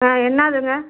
ஆ என்னாதுங்க